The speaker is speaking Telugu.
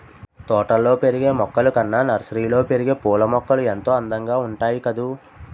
తోటల్లో పెరిగే మొక్కలు కన్నా నర్సరీలో పెరిగే పూలమొక్కలు ఎంతో అందంగా ఉంటాయి కదూ